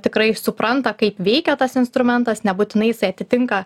tikrai supranta kaip veikia tas instrumentas nebūtinai jisai atitinka